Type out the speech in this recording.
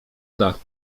dachu